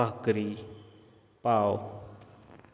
भाकरी पाव